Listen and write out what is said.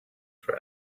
for